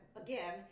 again